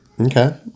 Okay